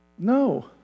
No